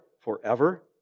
forever